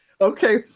Okay